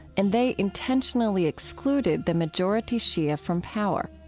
and they intentionally excluded the majority shia from power.